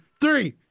Three